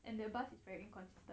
and the bus is very inconsistent